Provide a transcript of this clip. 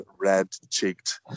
red-cheeked